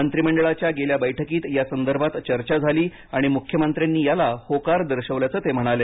मंत्रीमंडळाच्या गेल्या बैठकीत यासंदर्भात चर्चा झाली आणि मुख्यमंत्र्यांनी याला होकार दर्शवल्याचं ते म्हणाले